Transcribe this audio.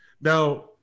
Now